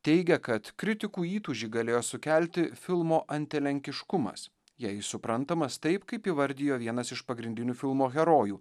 teigia kad kritikų įtūžį galėjo sukelti filmo antilenkiškumas jei jis suprantamas taip kaip įvardijo vienas iš pagrindinių filmo herojų